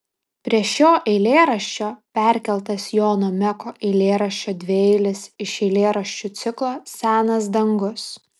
prie šio eilėraščio perkeltas jono meko eilėraščio dvieilis iš eilėraščių ciklo senas dangus